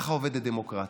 ככה עובדת דמוקרטיה.